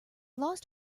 lost